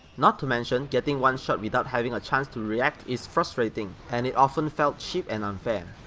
not to mention getting one shot without having a chance to react is frustrating and it often felt cheap and unfair,